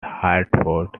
hartford